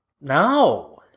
No